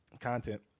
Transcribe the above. Content